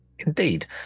Indeed